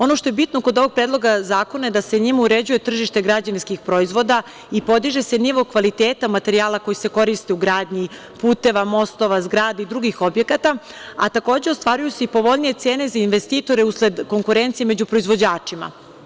Ono što je bitno kod ovog Predloga zakona je da se u njemu uređuje tržište građevinskih proizvoda i podiže se nivo kvaliteta materijala koji se koriste u gradnji puteva, mostova, zgrada i drugih objekata, a takođe ostvaruju se i povoljnije cene za investitore usled konkurencije među proizvođačima.